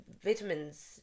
vitamins